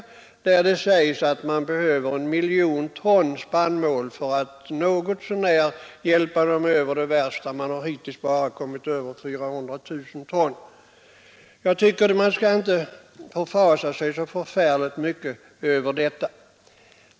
Tidningarna skriver att det behövs 1 miljon ton spannmål för att något så när hjälpa befolkningen där över den värsta krisen — man har hittills bara fått ihop 400 000 ton. Jag tycker inte man bör förfasa sig så mycket över vårt spannmålsöverskott.